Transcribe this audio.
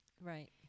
Right